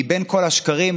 מבין כל השקרים,